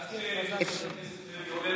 עד שחבר הכנסת לוי עולה